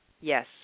Yes